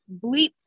bleep